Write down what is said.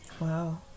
Wow